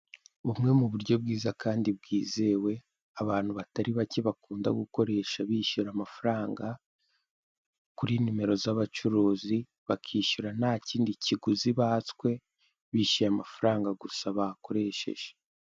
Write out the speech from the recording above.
Bumwe mu buryo bwiza kandi bwizewe abantu batari bake bakunda gukoresha bishyura amafaranga kuri nimero z'abacuruzi bakishyura nta kindi kiguzi batswe bishyuye amafaranga gusa bakoresheje.